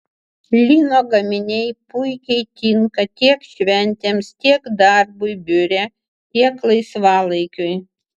lino gaminiai puikiai tinka tiek šventėms tiek darbui biure tiek laisvalaikiui